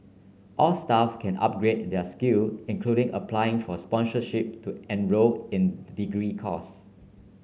all staff can also upgrade their skills including applying for sponsorship to enrol in degree courses